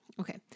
Okay